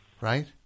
Right